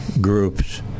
groups